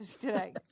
today